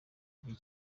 gihe